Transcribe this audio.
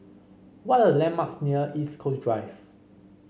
what are the landmarks near East Coast Drive